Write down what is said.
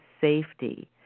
safety